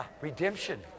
Redemption